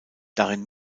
darin